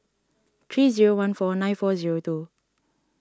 three zero one four nine four zero two